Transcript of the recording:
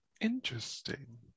Interesting